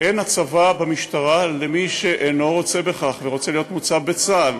אין הצבה במשטרה למי שאינו רוצה בכך ורוצה להיות מוצב בצה"ל,